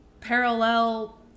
parallel